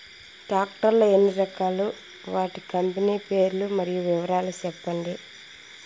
Tractor లు ఎన్ని రకాలు? వాటి కంపెని పేర్లు మరియు వివరాలు సెప్పండి?